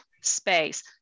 space